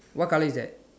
what color is that